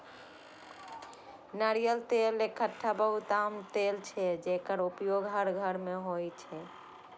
नारियल तेल एकटा बहुत आम तेल छियै, जेकर उपयोग हर घर मे होइ छै